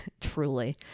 truly